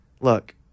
look